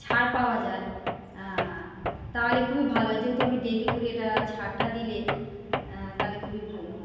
ছাড় পাওয়া যায় তাহালে খুবই ভালো হয় যেহেতু আমি ডেইলি করি এটা ছাড়টা দিলে তাহলে খুবই ভালো হয়